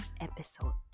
episode